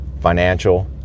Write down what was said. financial